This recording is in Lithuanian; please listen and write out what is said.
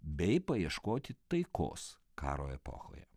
bei paieškoti taikos karo epochoje